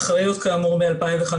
אחראיות, כאמור מ-2015,